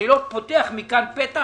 אני לא פותח פתח